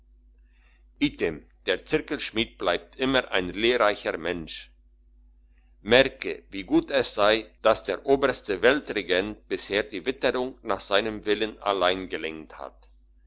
der zirkelschmied bleibt immer ein lehrreicher mensch merke wie gut es sei dass der oberste weltregent bisher die witterung nach seinem willen allein gelenkt hat